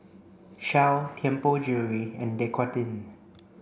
Shell Tianpo Jewellery and Dequadin